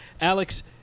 Alex